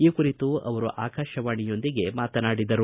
ಈ ಕುರಿತು ಅವರು ಆಕಾಶವಾಣಿಯೊಂದಿಗೆ ಮಾತನಾಡಿದರು